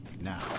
now